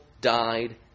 died